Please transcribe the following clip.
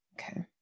Okay